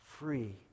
free